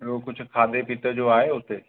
ॿियो कुझु खाधे पीते जो आहे हुते